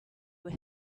were